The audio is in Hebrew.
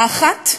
האחת,